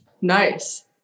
Nice